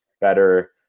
better